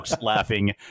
laughing